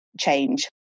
change